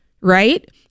right